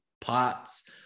parts